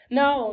no